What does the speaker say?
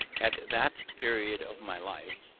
at that period of my life,